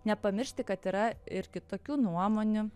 nepamiršti kad yra ir kitokių nuomonių